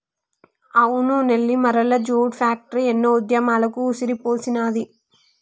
అవును Nellimarla jute factory ఎన్నో ఉద్యమాలకు ఊపిరిపోసినాది